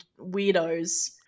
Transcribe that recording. weirdos